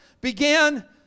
began